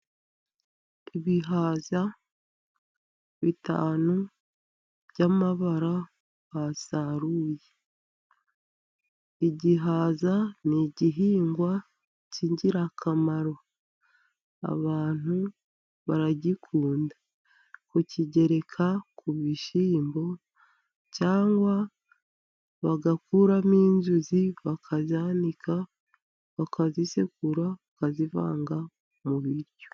Ibihaza bitanu by'amabara basaruye, igihaza ni igihingwa cy'ingirakamaro abantu baragikunda kukigereka ku bishyimbo, cyangwa bagakuramo inzuzi bakazanika bakazisekura, bakazivanga mu biryo.